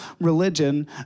religion